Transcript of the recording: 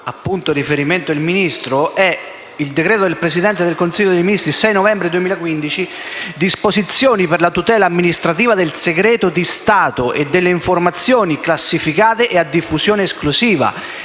il decreto del Presidente del Consiglio di ministri del 6 novembre 2015, recante «Disposizioni per la tutela amministrativa del segreto di Stato e delle informazioni classificate e a diffusione esclusiva»